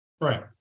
Right